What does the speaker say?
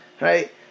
Right